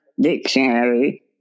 dictionary